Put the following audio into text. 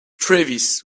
travis